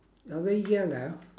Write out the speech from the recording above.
are they yellow